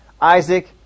Isaac